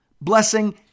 blessing